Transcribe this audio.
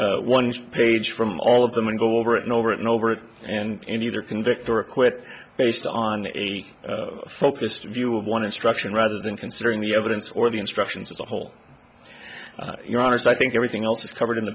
out one page from all of them and go over and over and over it and either convict or acquit based on a focused view of one instruction rather than considering the evidence or the instructions as a whole you're honest i think everything else is covered in